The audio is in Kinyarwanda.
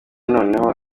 noneho